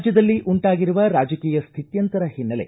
ರಾಜ್ಯದಲ್ಲಿ ಉಂಟಾಗಿರುವ ರಾಜಕೀಯ ಶ್ರಿತ್ಯಂತರ ಹಿನ್ನೆಲೆ